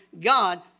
God